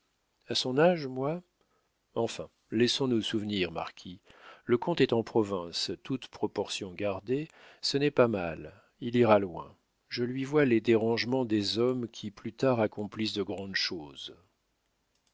a son âge moi enfin laissons nos souvenirs marquis le comte est en province toute proportion gardée ce n'est pas mal il ira loin je lui vois les dérangements des hommes qui plus tard accomplissent de grandes choses